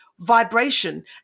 vibration